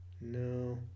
No